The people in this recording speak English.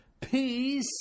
peace